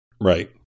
Right